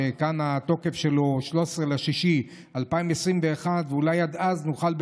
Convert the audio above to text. שכאן התוקף שלו 13 ביוני 2021. אולי עד אז נוכל,